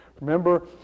Remember